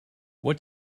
what